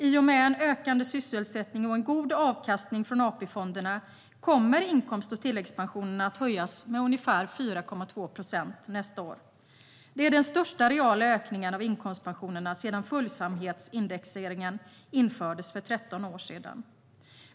I och med ökande sysselsättning och god avkastning från AP-fonderna kommer inkomst och tilläggspensionerna att höjas med ungefär 4,2 procent nästa år. Det är den största reala ökningen av inkomstpensionerna sedan följsamhetsindexeringen infördes för 13 år sedan.